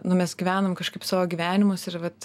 nu mes gyvenam kažkaip savo gyvenimus ir vat